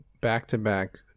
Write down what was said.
back-to-back